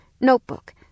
notebook